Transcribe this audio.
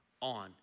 on